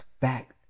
fact